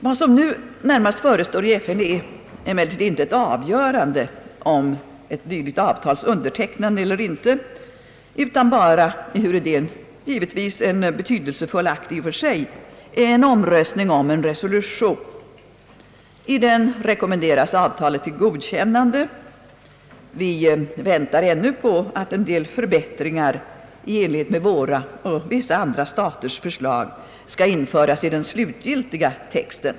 Vad som nu närmast förestår i FN är emellertid inte ett avgörande om ett dylikt avtals undertecknande eller ej, utan bara — ehuru det givetvis är en betydelsefull akt i och för sig — en omröstning om en resolution. I den rekommenderas avtalet till godkännande. Vi väntar ännu på att en del förbättringar i enlighet med våra och vissa andra staters förslag skall införas i den slutgiltiga texten.